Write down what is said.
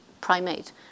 primate